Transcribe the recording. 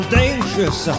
dangerous